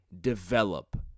develop